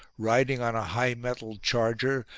riding on a high-mettled charger,